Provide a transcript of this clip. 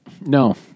No